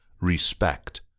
respect